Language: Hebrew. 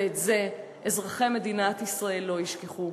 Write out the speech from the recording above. ואת זה אזרחי מדינת ישראל לא ישכחו,